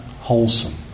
wholesome